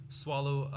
swallow